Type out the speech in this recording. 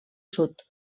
sud